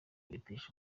bitesha